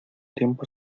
tiempo